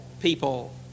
people